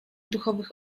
duchowych